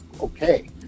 okay